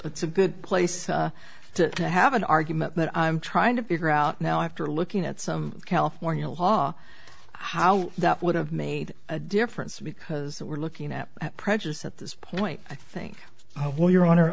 it's a good place to have an argument that i'm trying to figure out now after looking at some california law how that would have made a difference because we're looking at prejudice at this point i think oh well your hon